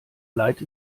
leid